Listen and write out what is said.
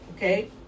Okay